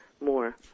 more